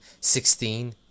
Sixteen